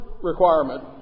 requirement